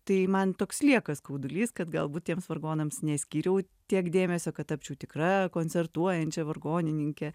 tai man toks lieka skaudulys kad galbūt tiems vargonams neskyriau tiek dėmesio kad tapčiau tikra koncertuojančia vargonininke